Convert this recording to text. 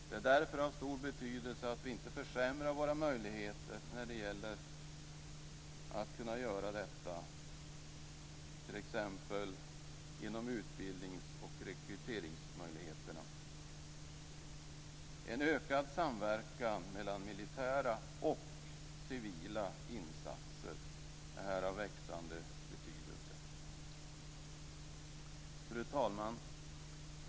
Det är därför av stor betydelse att vi inte försämrar våra möjligheter att göra detta t.ex. när det gäller utbildnings eller rekryteringsmöjligheter. En ökad samverkan mellan militära och civila insatser är här av växande betydelse. Fru talman!